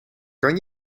kan